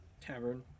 tavern